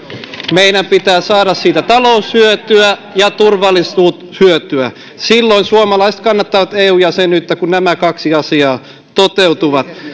meidän pitää saada siitä taloushyötyä ja turvallisuushyötyä silloin suomalaiset kannattavat eu jäsenyyttä kun nämä kaksi asiaa toteutuvat